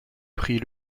prix